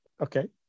okay